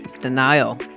denial